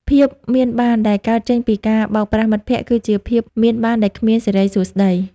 ភាពមានបានដែលកើតចេញពីការបោកប្រាស់មិត្តភក្តិ គឺជាភាពមានបានដែលគ្មានសិរីសួស្ដី។